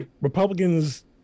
Republicans